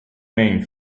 main